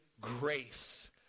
grace